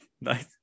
Nice